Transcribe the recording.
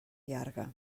llarga